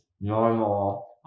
normal